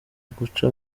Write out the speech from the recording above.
guca